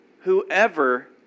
whoever